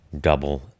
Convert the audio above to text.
double